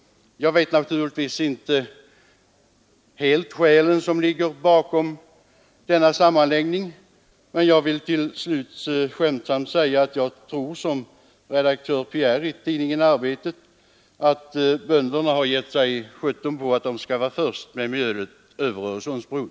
Jag känner naturligtvis icke skälet till denna sammanläggning. Jag vill till slut skämtsamt säga att jag tror som redaktör Pierre i tidningen Arbetet: Bönderna har gett sig sjutton på att de skall vara först med mjölet över Öresundsbron.